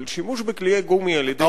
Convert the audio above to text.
אבל שימוש בקליעי גומי על-ידי,